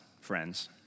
friends